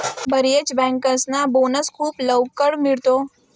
बर्याच बँकर्सना बोनस खूप लवकर मिळतो